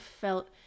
felt